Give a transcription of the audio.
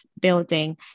building